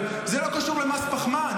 אבל זה לא קשור למס פחמן.